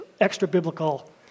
extra-biblical